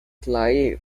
clair